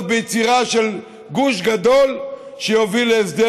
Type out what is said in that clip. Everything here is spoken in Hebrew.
ביצירה של גוש גדול שיוביל להסדר,